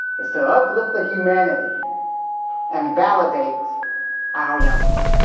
is to uplift the humanity and validate our young people.